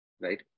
right